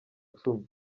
cumi